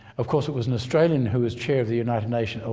of course it was an australian who was chair of the united nations,